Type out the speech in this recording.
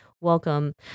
welcome